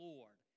Lord